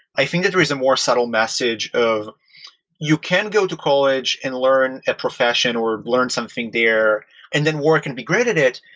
i think that there is a more subtle message of you can go to college and learn a profession or learn something there and then work and be great at it,